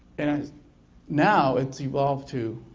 and and now it's evolved to,